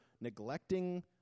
neglecting